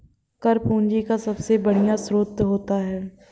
कर पूंजी का सबसे बढ़िया स्रोत होता है